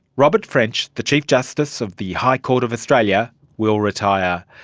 robert french, the chief justice of the high court of australia will retire.